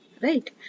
right